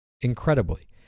incredibly